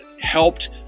helped